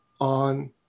on